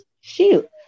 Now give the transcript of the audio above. shoot